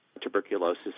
tuberculosis